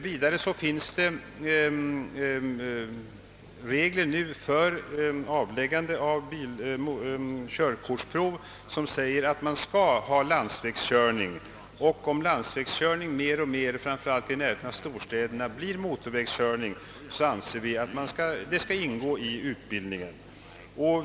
Enligt nuvarande regler för avläggande av körkortsprov skall man ha landsvägskörning, och om landsvägskörning mer och mer, framför allt i närheten av storstäder, blir motorvägskörning, anser vi att sådan körning skall ingå i utbildningen.